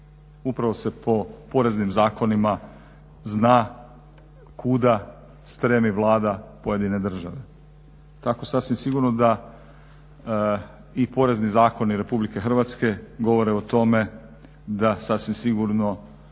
Upravo se po poreznim zakonima zna kuda stremi Vlada pojedine države. Tako sasvim sigurno da i porezni zakoni RH govore o tome da sasvim sigurno